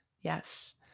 yes